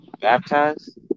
Baptized